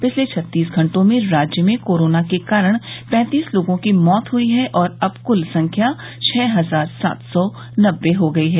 पिछले छत्तीस घंटों में राज्य में कोरोना के कारण पैंतीस लोगों की मौत हुई और अब कुल संख्या छः हजार सात सौ नब्बे हो गयी है